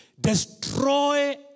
destroy